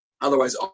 Otherwise